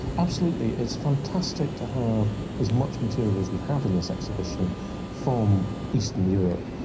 absolutely, it's fantastic to have as much material as we have in this exhibition from eastern europe.